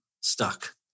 stuck